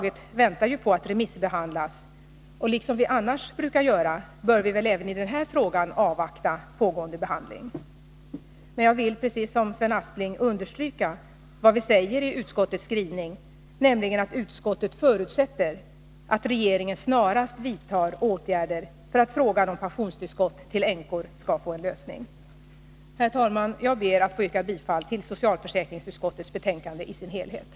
Detta förslag skall remissbehandlas, och liksom vi annars brukar göra bör vi väl även här avvakta pågående behandling. Jag vill emellertid liksom Sven Aspling understryka vad vi säger i utskottsskrivningen: ”Utskottet förutsätter att regeringen snarast vidtar åtgärder för att frågan om pensionstillskott till änkor skall få en lösning.” Herr talman! Jag ber att få yrka bifall till utskottets hemställan på alla punkter.